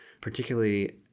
Particularly